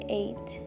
eight